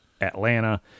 Atlanta